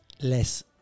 Less